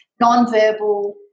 Non-verbal